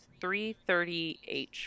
330H